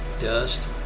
dust